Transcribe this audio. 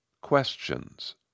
questions